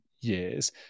years